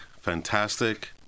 fantastic